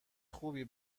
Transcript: خوبی